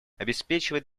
обеспечивает